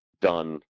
done